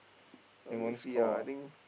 see ah I think